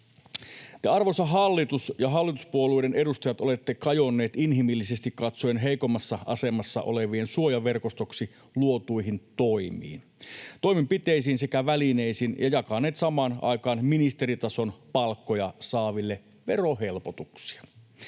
arvoisa hallitus ja hallituspuolueiden edustajat, olette kajonneet inhimillisesti katsoen heikommassa asemassa olevien suojaverkostoksi luotuihin toimiin, toimenpiteisiin ja välineisiin sekä jakaneet samaan aikaan ministeritason palkkoja saaville verohelpotuksia.